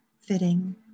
fitting